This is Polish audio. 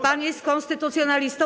Pan jest konstytucjonalistą?